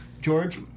George